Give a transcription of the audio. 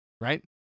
Right